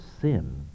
sin